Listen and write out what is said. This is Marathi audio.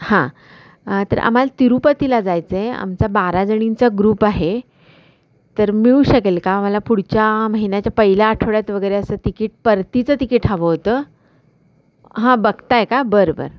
हां तर आम्हाला तिरुपतीला जायचं आहे आमचा बाराजणींचा ग्रुप आहे तर मिळू शकेल का आम्हाला पुढच्या महिन्याच्या पहिल्या आठवड्यात वगैरे असं तिकीट परतीचं तिकीट हवं होतं हां बघताय का बरं बरं